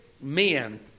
men